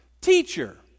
Teacher